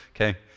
Okay